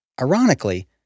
Ironically